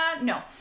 no